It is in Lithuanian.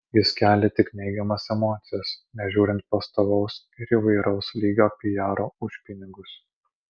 jis kelia tik neigiamas emocijas nežiūrint pastovaus ir įvairaus lygio pijaro už pinigus